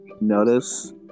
notice